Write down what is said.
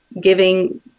giving